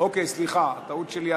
אוקיי, סליחה, טעות שלי.